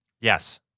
Yes